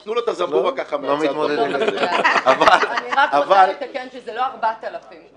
אז תנו לה את --- אני רק רוצה לתקן שזה לא 4,000 אנשים,